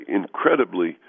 incredibly